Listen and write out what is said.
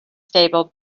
stable